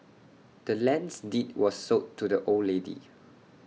the land's deed was sold to the old lady